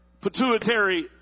pituitary